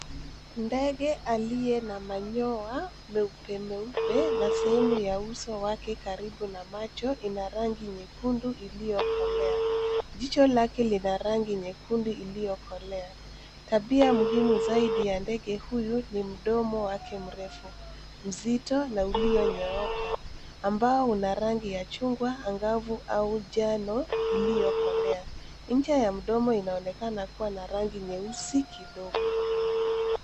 Ndege aliye na manyoa meupe meupe na sehemu ya uso wake karibu na macho ina rangi nyekundu iliyokolea. Jicho lake lina rangi nyekundu iliyokolea. Tabia muhimu zaidi ya ndege huyu ni mdomo wake mrefu, mzito na uliyonyooka ambao una rangi ya chungwa angavu au jano iliyokolea. Nje ya mdomo inaonekana kuwa na rangi nyeusi kidogo.